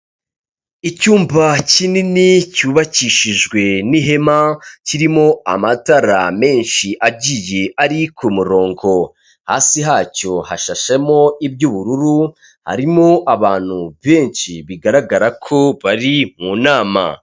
Icyumba kinini cyubakishijwe n'ihema kirimo amatara menshi agiye ari ku murongo, hasi hacyo hashashemo iby'ubururu harimo abantu benshi bigaragara ko bari mu nama.